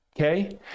Okay